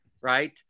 Right